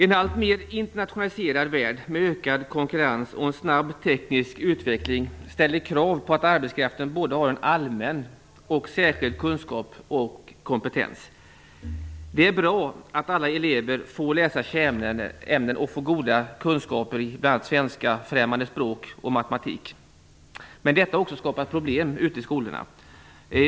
En alltmer internationaliserad värld med ökad konkurrens och en snabb teknisk utveckling ställer krav på att arbetskraften både har allmän och särskild kunskap och kompetens. Det är bra att alla elever får läsa kärnämnen och att de får goda kunskaper i bl.a. svenska, främmande språk och matematik. Men detta har också skapat problem ute på skolorna.